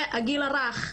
הגיל הרך,